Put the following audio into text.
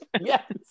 Yes